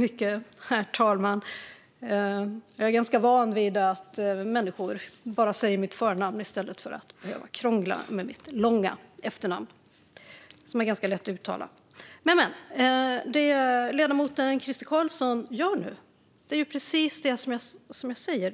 Herr talman! Jag är ganska van vid att människor bara säger mitt förnamn i stället för att behöva krångla med mitt långa efternamn, som dock är ganska lätt att uttala. Det är precis som jag säger, apropå det som ledamoten Crister Carlsson gör nu: